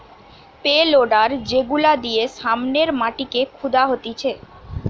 pay loader যেগুলা দিয়ে সামনের মাটিকে খুদা হতিছে